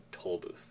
Tollbooth